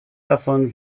davon